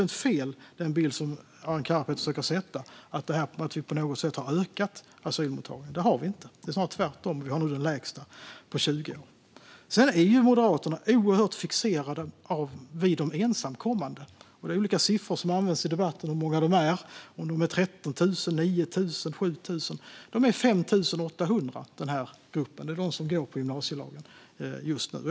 Den bild som Arin Karapet försöker ge - att vi på något sätt har ökat asylmottagandet - är alltså fullständigt felaktig. Det har vi inte. Det är snarare tvärtom; vi har nu det lägsta på 20 år. Moderaterna är oerhört fixerade vid de ensamkommande. I debatten används olika siffror när det gäller hur många de är: 13 000, 9 000 eller 7 000. De är i denna grupp 5 800 som just nu omfattas av gymnasielagen.